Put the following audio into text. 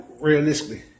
realistically